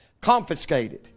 confiscated